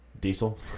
Diesel